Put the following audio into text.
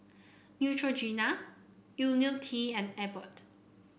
Neutrogena IoniL T and Abbott